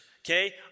Okay